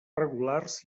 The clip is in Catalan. regulars